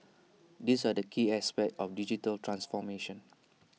these are the key aspects of digital transformation